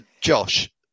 Josh